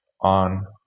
on